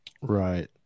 Right